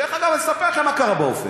דרך אגב, אני אספר לכם מה קרה באופק.